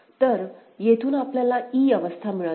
तर येथून आपल्याला e अवस्था मिळत आहे